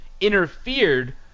interfered